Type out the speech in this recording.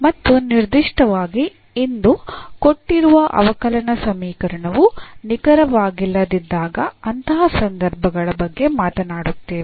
ಮತ್ತು ನಿರ್ದಿಷ್ಟವಾಗಿ ಇಂದು ಕೊಟ್ಟಿರುವ ಅವಕಲನ ಸಮೀಕರಣವು ನಿಖರವಾಗಿಲ್ಲದಿದ್ದಾಗ ಅಂತಹ ಸಂದರ್ಭಗಳ ಬಗ್ಗೆ ಮಾತನಾಡುತ್ತೇವೆ